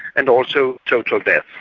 and also total deaths.